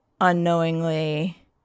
unknowingly